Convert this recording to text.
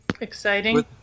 Exciting